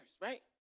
right